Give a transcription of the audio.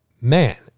man